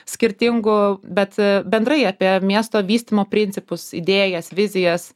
skirtingų bet bendrai apie miesto vystymo principus idėjas vizijas